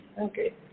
okay